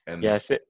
Yes